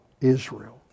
Israel